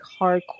hardcore